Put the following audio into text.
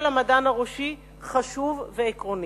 תפקידו של המדען הראשי חשוב ועקרוני.